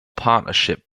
partnership